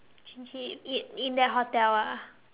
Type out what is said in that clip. G_G in in that hotel ah